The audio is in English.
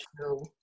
true